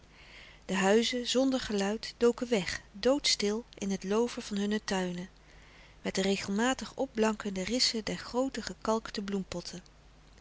de stille kracht geluid doken weg doodstil in het loover van hunne tuinen met de regelmatig opblankende rissen der groote gekalkte bloempotten